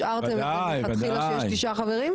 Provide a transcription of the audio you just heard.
ובפרוטוקול השארתם מלכתחילה שיש תשעה חברים?